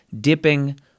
dipping